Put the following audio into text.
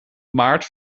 maart